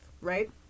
right